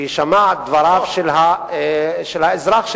שיישמעו דבריו של האזרח?